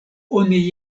oni